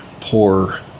poor